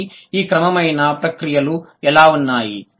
కాబట్టి ఈ క్రమమైన ప్రక్రియలు ఎలా ఉన్నాయి